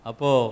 Apo